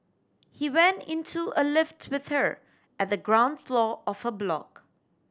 he went into a lift with her at the ground floor of her block